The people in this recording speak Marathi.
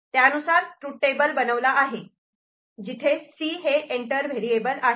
त्यानुसार ट्रूथ टेबल बनवला आहे हे जिथे C' हे एंटर व्हेरिएबल आहे